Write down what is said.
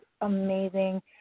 amazing